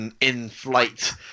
in-flight